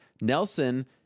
Nelson